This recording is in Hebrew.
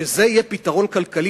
שזה יהיה פתרון כלכלי,